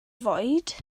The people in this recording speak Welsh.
fwyd